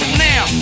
now